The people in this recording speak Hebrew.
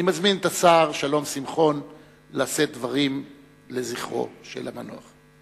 אני מזמין את השר שלום שמחון לשאת דברים לזכרו של המנוח.